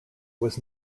was